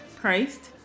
Christ